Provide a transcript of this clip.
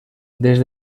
des